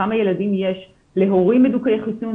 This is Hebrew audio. כמה ילדים יש להורים מדוכאי חיסון.